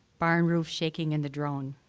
barn roof shaking in the drone.